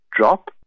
drop